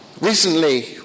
Recently